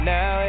Now